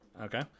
Okay